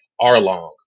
Arlong